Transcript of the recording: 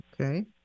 Okay